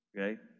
Okay